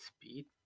Speed